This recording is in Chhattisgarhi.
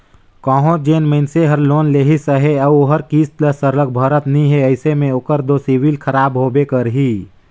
कहों जेन मइनसे हर लोन लेहिस अहे अउ ओहर किस्त ल सरलग भरत नी हे अइसे में ओकर दो सिविल खराब होबे करही